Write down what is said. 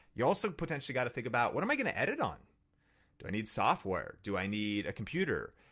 you also potentially got to think about, what am i gonna edit on do i need software, do i need a computer?